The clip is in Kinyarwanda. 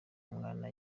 umwana